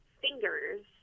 fingers